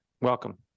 welcome